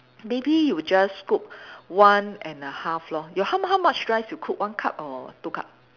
maybe you just put one and a half lor your how how much rice you cook one cup or two cup